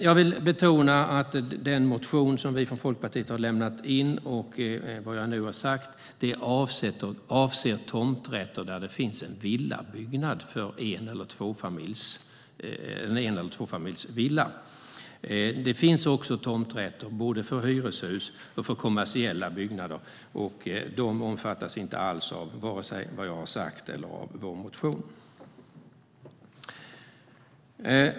Jag vill betona att den motion som vi från Folkpartiet har lämnat in och det som jag nu har sagt avser tomträtter där det finns en en eller tvåfamiljsvilla. Det finns också tomträtter både för hyreshus och för kommersiella byggnader, men de omfattas inte alls av vare sig det jag har sagt eller av vår motion.